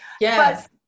Yes